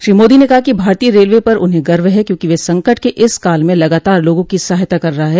श्री मोदी ने कहा कि भारतीय रेलवे पर उन्हें गर्व है क्योंकि वे संकट के इस काल में लगातार लोगों की सहायता कर रहा है